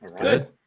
Good